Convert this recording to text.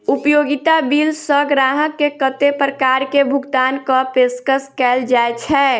उपयोगिता बिल सऽ ग्राहक केँ कत्ते प्रकार केँ भुगतान कऽ पेशकश कैल जाय छै?